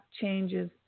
changes